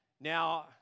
Now